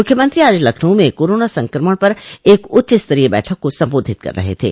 मुख्यमंत्री आज लखनऊ में कोरोना संक्रमण पर एक उच्चस्तरीय बैठक को संबोधित कर रहे थे